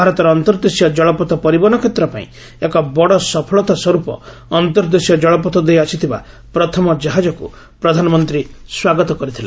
ଭାରତର ଅନ୍ତର୍ଦ୍ଦେଶୀୟ କଳପଥ ପରିବହନ କ୍ଷେତ୍ର ପାଇଁ ଏକ ବଡ଼ ସଫଳତା ସ୍ୱର୍ପ ଅନ୍ତର୍ଦ୍ଦେଶୀୟ ଜଳପଥ ଦେଇ ଆସିଥିବା ପ୍ରଥମ କାହାଜକୁ ପ୍ରଧାନମନ୍ତ୍ରୀ ସ୍ୱାଗତ କରିଥିଲେ